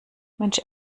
mensch